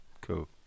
Cool